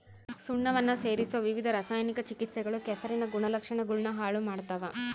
ಸುಣ್ಣವನ್ನ ಸೇರಿಸೊ ವಿವಿಧ ರಾಸಾಯನಿಕ ಚಿಕಿತ್ಸೆಗಳು ಕೆಸರಿನ ಗುಣಲಕ್ಷಣಗುಳ್ನ ಹಾಳು ಮಾಡ್ತವ